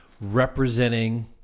representing